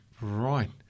Right